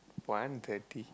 one thirty